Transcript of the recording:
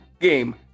game